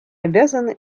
обязаны